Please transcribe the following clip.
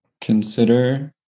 consider